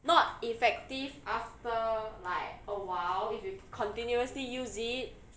not effective after like awhile if you continuously use it